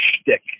shtick